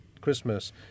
Christmas